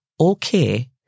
okay